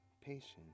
patience